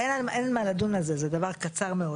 אין מה לדון על זה, זה דבר קצר מאוד.